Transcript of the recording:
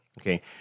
Okay